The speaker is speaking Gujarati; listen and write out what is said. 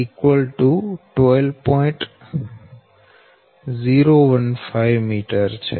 015 m છે